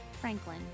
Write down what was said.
Franklin